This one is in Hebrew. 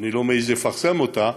אני לא מעז לפרסם אותה,